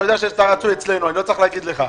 אתה יודע שאתה רצוי אצלנו, אני לא צריך להגיד לך.